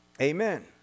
Amen